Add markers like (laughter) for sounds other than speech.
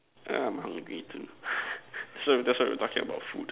now I'm hungry too (laughs) so that's why we're talking about food